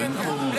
אין פה שאלה.